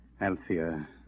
Althea